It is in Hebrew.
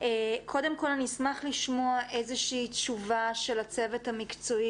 קודם כל אני אשמח לשמוע איזה שהיא תשובה של הצוות המקצועי,